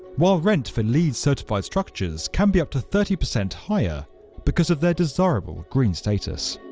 while rent for leed certified structures can be up to thirty percent higher because of their desirable green-status.